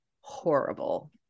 horrible